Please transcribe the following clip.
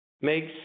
makes